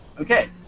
Okay